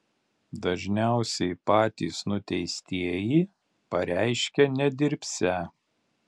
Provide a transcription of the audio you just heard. dažniausiai patys nuteistieji pareiškia nedirbsią